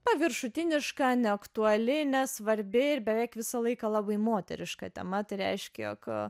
paviršutiniška neaktuali nesvarbi ir beveik visą laiką labai moteriška tema tai reiškia jog